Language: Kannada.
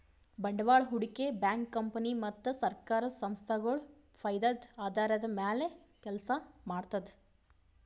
ಬಂಡವಾಳ್ ಹೂಡಿಕೆ ಬ್ಯಾಂಕ್ ಕಂಪನಿ ಮತ್ತ್ ಸರ್ಕಾರ್ ಸಂಸ್ಥಾಗೊಳ್ ಫೈದದ್ದ್ ಆಧಾರದ್ದ್ ಮ್ಯಾಲ್ ಕೆಲಸ ಮಾಡ್ತದ್